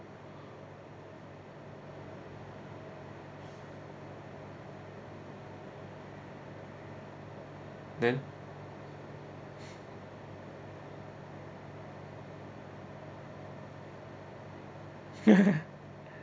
then